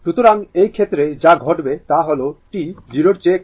সুতরাং এই ক্ষেত্রে যা ঘটবে তা হল t 0 এর চেয়ে কম